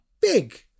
big